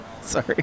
Sorry